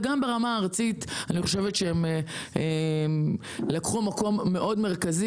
וגם ברמה הארצית אני חושבת שהם לקחו מקום מרכזי מאוד.